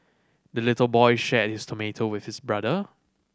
the little boy shared his tomato with his brother